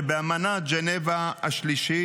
שבאמנת ז'נבה השלישית,